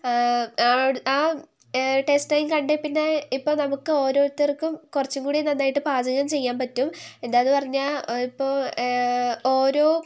ആ taste time കണ്ടിട്ടേ പിന്നെ ഇപ്പോൾ നമുക്ക് ഓരോരുത്തർക്കും കുറച്ചും കൂടി നന്നായിട്ട് പാചകം ചെയ്യാൻ പറ്റും എന്താണെന്നു പറഞ്ഞാൽ ഇപ്പോൾ ഓരോ